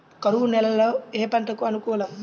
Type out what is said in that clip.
కరువు నేలలో ఏ పంటకు అనుకూలం?